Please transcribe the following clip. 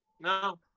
No